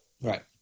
Right